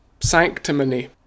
sanctimony